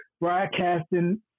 broadcasting